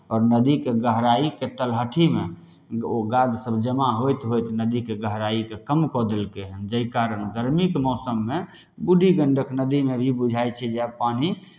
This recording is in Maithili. आओर नदीके गहराइके तलहटीमे ओ गादिसभ जमा होइत होइत नदीके गहराइकेँ कम कऽ देलकै हन जाहि कारण गर्मीके मौसममे बूढ़ी गण्डक नदीमे भी बुझाइ छै जे आब पानि